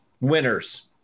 winners